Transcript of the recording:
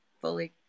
fully